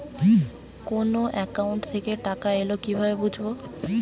কোন একাউন্ট থেকে টাকা এল কিভাবে বুঝব?